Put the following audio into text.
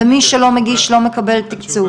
ומי שלא מגיש לא מקבל תיקצוב?